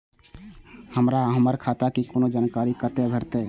हमरा हमर खाता के कोनो जानकारी कतै भेटतै?